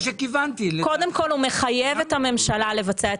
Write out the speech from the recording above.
קודם כל הוא מחייב את הממשלה לבצע את